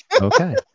Okay